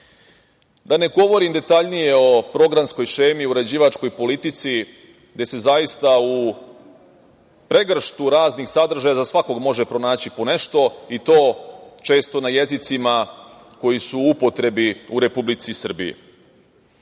ne govorim detaljnije o programskoj šemi, uređivačkoj politici gde se zaista u pregrštu raznih sadržaja za svakog može pronaći po nešto i to često na jezicima koji su u upotrebi u Republici Srbiji. Iako